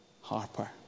Harper